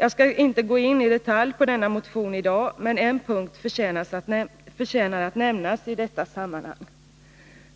Jag skall inte gå in i detalj på denna motion i dag, men en punkt förtjänar att nämnas i detta sammanhang.